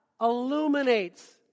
illuminates